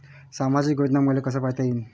सामाजिक योजना मले कसा पायता येईन?